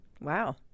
Wow